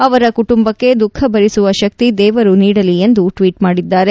ಅವರ ಕುಟುಂಬಕ್ಕೆ ದುಃಖ ಭರಿಸುವ ಶಕ್ತಿ ದೇವರು ನೀಡಲಿ ಎಂದು ಟ್ವೀಟ್ ಮಾಡಿದ್ದಾರೆ